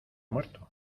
muerto